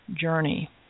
journey